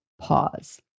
pause